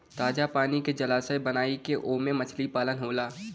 ताजा पानी के जलाशय बनाई के ओमे मछली पालन होला